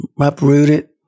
uprooted